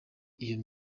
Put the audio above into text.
iyo